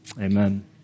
Amen